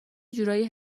جورایی